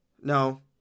No